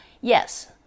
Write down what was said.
yes